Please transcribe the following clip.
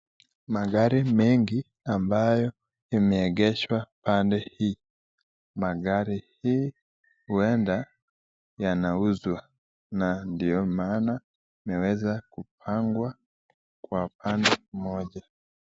Magari mengi ambayo imeegeshwa pande hii. Magari hii huenda yanauzwa na ndio maana imeweza kupangwa kwa pande moja.